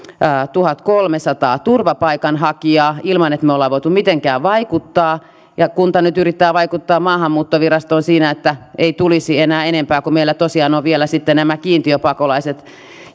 tuhatkolmesataa turvapaikanhakijaa ilman että me olemme voineet mitenkään vaikuttaa ja kunta nyt yrittää vaikuttaa maahanmuuttovirastoon siinä että ei tulisi enää enempää kun meillä tosiaan ovat vielä sitten nämä kiintiöpakolaiset